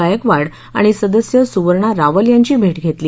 गायकवाड आणि सदस्य सुवर्णा रावल यांची भेट घेतली